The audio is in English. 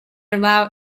allow